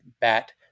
bat